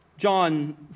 John